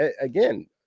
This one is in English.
again